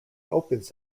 opens